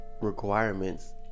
requirements